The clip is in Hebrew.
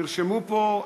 נרשמו פה,